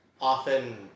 often